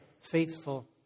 faithful